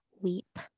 weep